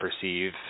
perceive